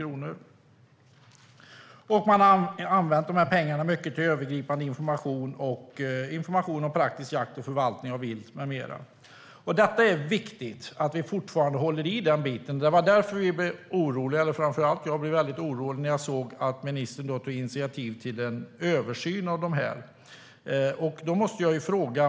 De har använt pengarna mycket till övergripande information och information om praktisk jakt och förvaltning av vilt med mera. Det är viktigt att vi fortfarande håller i den biten. Det var därför vi och framför allt jag blev väldigt orolig när jag såg att ministern tog initiativ till en översyn.